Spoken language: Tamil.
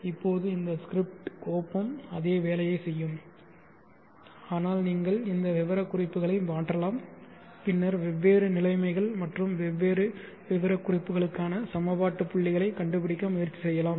இப்போது இந்த ஸ்கிரிப்ட் கோப்பும் அதே வேலையைச் செய்யும் ஆனால் நீங்கள் இந்த விவரக்குறிப்புகளை மாற்றலாம் பின்னர் வெவ்வேறு நிலைமைகள் மற்றும் வெவ்வேறு விவரக்குறிப்புகளுக்கான சமபாட்டுப்புள்ளிகளைக் கண்டுபிடிக்க முயற்சி செய்யலாம்